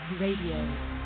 Radio